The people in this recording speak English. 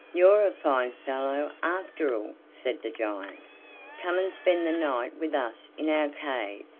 you're a fine fellow, after all, said the giant come and spend the night with us in our cave.